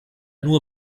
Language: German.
nur